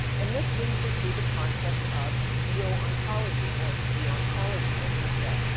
and this leads her to the concept of geo-ontology or geontology as she says.